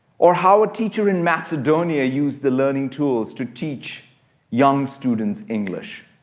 or how a teacher in macedonia used the learning tools to teach young students english.